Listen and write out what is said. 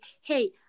hey